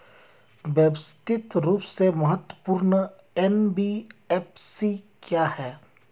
व्यवस्थित रूप से महत्वपूर्ण एन.बी.एफ.सी क्या हैं?